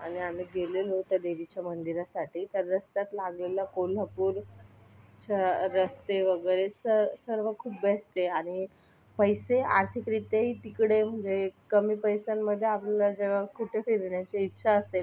आणि आम्ही गेलेलो त्या देवीच्या मंदिरासाठी तर रस्त्यात लागलेलं कोल्हापूरच्या रस्ते वगैरे सर्व खूप बेस्ट आहे आणि पैसे आर्थिकरित्याही तिकडे म्हणजे कमी पैशांमध्ये आपल्याला जेव्हा कुठे फिरण्याची इच्छा असेल